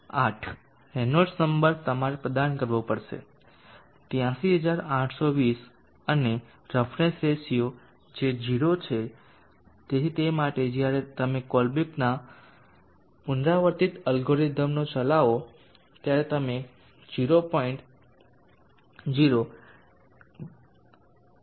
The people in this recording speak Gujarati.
8 રેનોલ્ડ્સ નંબર તમારે પ્રદાન કરવો પડશે 83820 અને રફનેસ રેશિયો જે 0 છે તેથી તે માટે જ્યારે તમે કોલબ્રુકના પુનરાવર્તિત અલ્ગોરિધમનો ચલાવો ત્યારે તમે 0